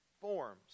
forms